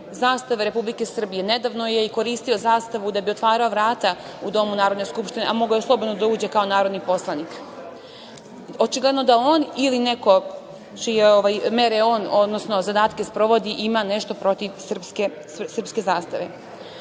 zastave Republike Srbije. Nedavno je koristio zastavu da bi otvarao vrata u Domu Narodne skupštine, a mogao je slobodno da uđe kao narodni poslanik. Očigledno da on, ili neko čije mere odnosno zadatke on sprovodi, ima nešto protiv srpske